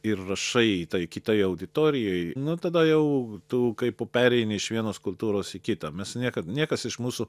ir rašai tai kitai auditorijai nu tada jau tu kaip pereini iš vienos kultūros į kitą mes niekad niekas iš mūsų